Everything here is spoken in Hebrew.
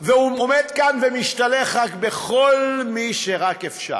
והוא עומד כאן ומשתלח בכל מי שרק אפשר,